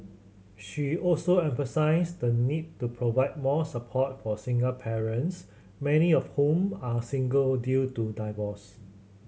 she also emphasised the need to provide more support for single parents many of whom are single due to divorce